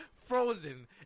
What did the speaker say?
frozen